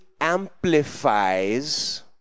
amplifies